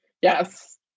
Yes